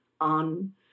on